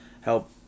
help